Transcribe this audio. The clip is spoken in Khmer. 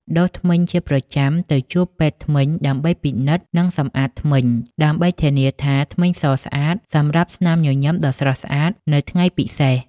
ដុសធ្មេញជាប្រចាំ ទៅជួបពេទ្យធ្មេញដើម្បីពិនិត្យ និងសម្អាតធ្មេញ ដើម្បីធានាថាធ្មេញសស្អាតសម្រាប់ស្នាមញញឹមដ៏ស្រស់ស្អាតនៅថ្ងៃពិសេស ។